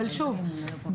אבל שוב,